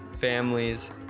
families